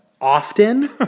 Often